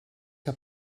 que